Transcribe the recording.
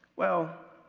well,